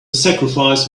sacrifice